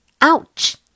Ouch